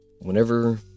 Whenever